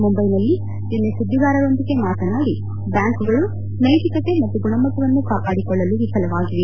ಮುಂಬೈನಲ್ಲಿ ನಿನ್ನೆ ಸುದ್ದಿಗಾರರೊಂದಿಗೆ ಮಾತನಾಡಿ ಬ್ಹಾಂಕ್ಗಳಲು ಮತ್ತು ನೈತಿಕತೆ ಮತ್ತು ಗುಣಮಟ್ಟವನ್ನು ಕಾಪಾಡಿಕೊಳ್ಳಲು ವಿಫಲವಾಗಿವೆ